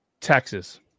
Texas